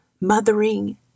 mothering